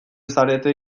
zarete